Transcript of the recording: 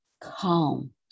calm